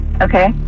Okay